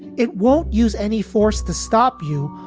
it won't use any force to stop you.